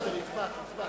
נתקבלה.